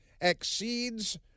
exceeds